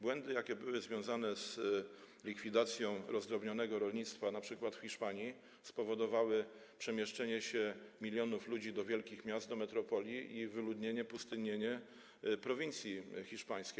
Błędy, jakie były związane z likwidacją rozdrobnionego rolnictwa np. w Hiszpanii, spowodowały przemieszczenie się milionów ludzi do wielkich miast, do metropolii i wyludnienie, pustynnienie prowincji hiszpańskiej.